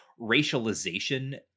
racialization